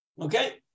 Okay